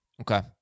Okay